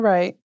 Right